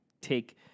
take